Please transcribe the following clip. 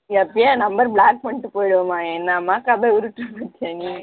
எப்போயோ என் number block பண்ணிட்டு போயிடுவேம்மா என்னம்மா கதை உருட்டுற பார்த்தியா நீ